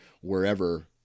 wherever